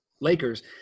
Lakers